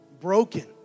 broken